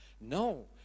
No